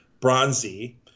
Bronzy